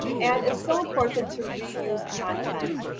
and it's so important to reuse content